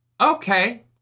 Okay